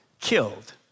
killed